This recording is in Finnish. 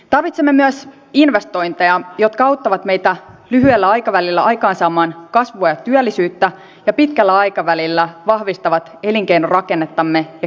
tarvitsemme myös investointeja jotka auttavat meitä lyhyellä aikavälillä aikaansaamaan kasvua ja työllisyyttä ja pitkällä aikavälillä vahvistavat elinkeinorakennettamme ja kilpailukykyämme